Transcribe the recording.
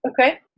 Okay